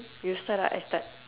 you start or I start